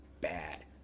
bad